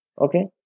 Okay